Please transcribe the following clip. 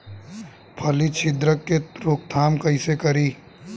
फली छिद्रक के रोकथाम कईसे करी?